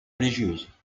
religieuses